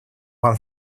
вам